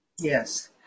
Yes